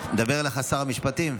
מדבר אליך שר המשפטים.